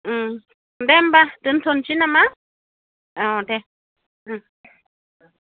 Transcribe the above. दे होमब्ला दोनथ'नोसै नामा औ दे